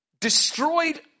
destroyed